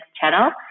channel